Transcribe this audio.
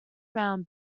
round